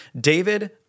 David